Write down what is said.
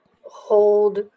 hold